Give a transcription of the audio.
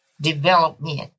development